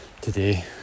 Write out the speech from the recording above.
today